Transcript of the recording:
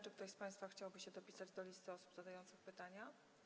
Czy ktoś z państwa chciałby się dopisać do listy osób zadających pytania?